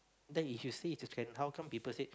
then if you say it's a trend how come people said